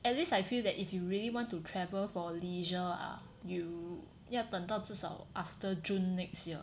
at least I feel that if you really want to travel for leisure ah you 要等到至少 after June next year